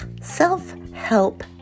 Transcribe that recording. Self-Help